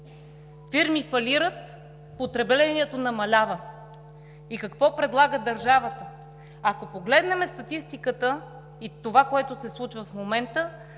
Фирми фалират, потреблението намалява. И какво предлага държавата? Ако погледнем статистиката и това, което се случва в момента,